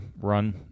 run